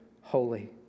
holy